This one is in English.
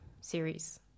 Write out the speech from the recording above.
series